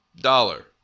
Dollar